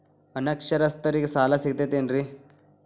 ಅನಕ್ಷರಸ್ಥರಿಗ ಸಾಲ ಸಿಗತೈತೇನ್ರಿ?